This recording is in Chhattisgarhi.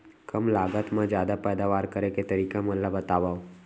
कम लागत मा जादा पैदावार करे के तरीका मन ला बतावव?